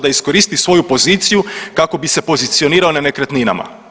Da iskoristi svoju poziciju kako bi se pozicionirao na nekretninama.